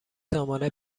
سامانه